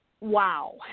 wow